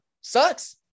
Sucks